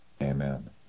Amen